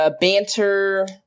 Banter